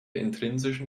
intrinsischen